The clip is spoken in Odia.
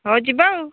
ହଉ ଯିବା ଆଉ